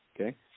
okay